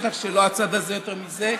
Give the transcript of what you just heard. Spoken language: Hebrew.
בטח שלא הצד הזה יותר מזה,